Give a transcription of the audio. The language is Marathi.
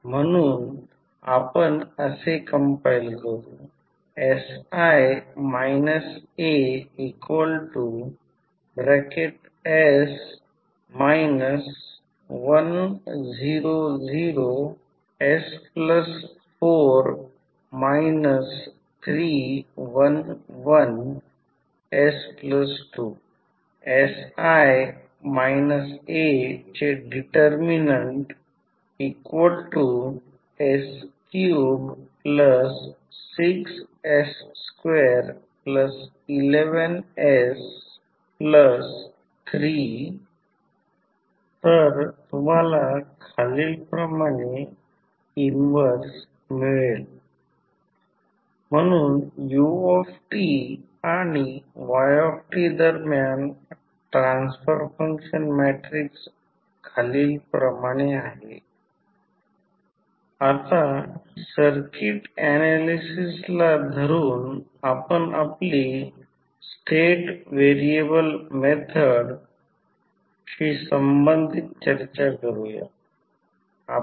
म्हणून आपण असे कंपाईल करू चे डिटर्मिनन्ट sI As36s211s3 तर तुम्हाला जे इन्व्हर्स मिळेल म्हणून u आणि yदरम्यान ट्रान्सफर फंक्शन मॅट्रिक्स आहे आता सर्किट ऍनालिसिसला धरून आपण आपली स्टेट व्हेरिएबल मेथड शी संबंधित चर्चा सुरू करूया